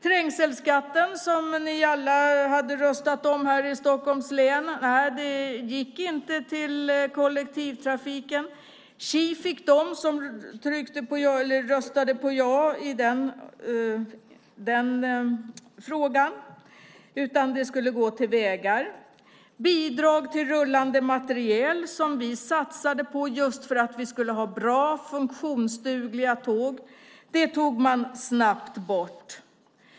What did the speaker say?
Trängselskatten, som ni alla hade röstat om här i Stockholms län, gick inte till kollektivtrafiken. Tji fick de som röstade ja i den frågan. Det skulle gå till vägar. Bidraget till rullande materiel, som vi satsade på för att vi skulle ha bra och funktionsdugliga tåg, tog man snabbt bort.